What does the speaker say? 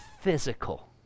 physical